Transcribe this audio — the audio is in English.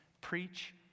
preach